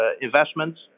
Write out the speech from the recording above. investments